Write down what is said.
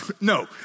No